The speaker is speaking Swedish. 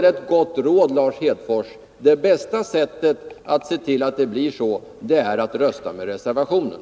Ett gott råd, Lars Hedfors: Det bästa sättet att se till att det blir på det viset är att rösta med reservationen.